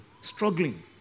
struggling